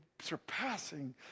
surpassing